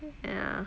ya